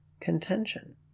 contention